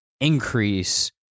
increase